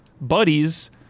buddies